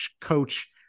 coach